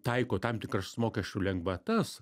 taiko tam tikras mokesčių lengvatas